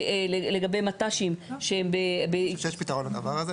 לגבי מט"שים שהם --- אני חושב שיש פתרון לדבר הזה.